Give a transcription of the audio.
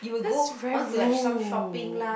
that's very rude